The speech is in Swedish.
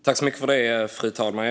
Fru talman!